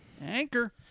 Anchor